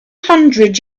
hundred